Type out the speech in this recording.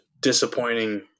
disappointing